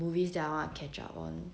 movies that I want to catch up on